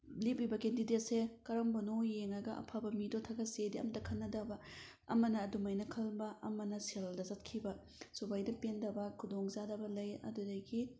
ꯂꯦꯞꯂꯤꯕ ꯀꯦꯟꯗꯤꯗꯦꯗꯁꯦ ꯀꯔꯝꯕꯅꯣ ꯌꯦꯡꯂꯒ ꯑꯐꯕ ꯃꯤꯗꯣ ꯊꯥꯒꯠꯁꯦꯗꯤ ꯑꯝꯇ ꯈꯟꯅꯗꯕ ꯑꯃꯅ ꯑꯗꯨꯃꯥꯏꯅ ꯈꯟꯕ ꯑꯃꯅ ꯁꯦꯜꯗ ꯆꯠꯈꯤꯕ ꯁꯨꯃꯥꯏꯅ ꯄꯦꯟꯗꯕ ꯈꯨꯗꯣꯡ ꯆꯥꯗꯕ ꯂꯩ ꯑꯗꯨꯗꯒꯤ